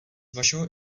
vašeho